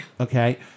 Okay